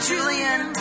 Julian